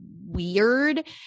weird